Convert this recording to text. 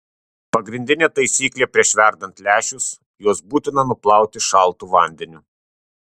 pagrindinė taisyklė prieš verdant lęšius juos būtina nuplauti šaltu vandeniu